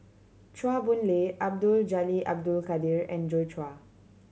Chua Boon Lay Abdul Jalil Abdul Kadir and Joi Chua